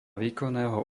výkonného